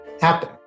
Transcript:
happen